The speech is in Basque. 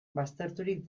bazterturik